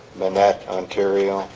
minette, ontario